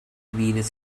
venus